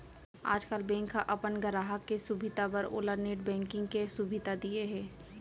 आजकाल बेंक ह अपन गराहक के सुभीता बर ओला नेट बेंकिंग के सुभीता दिये हे